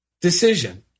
decision